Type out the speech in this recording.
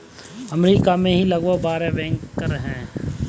अमरीका में ही लगभग बारह बैंकर बैंक हैं